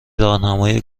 راهنمای